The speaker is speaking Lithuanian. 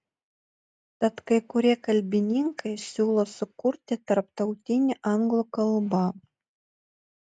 tad kai kurie kalbininkai siūlo sukurti tarptautinę anglų kalbą